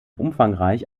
umfangreich